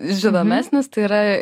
žinomesnis tai yra